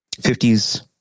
fifties